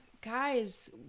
Guys